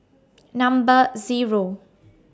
Number Zero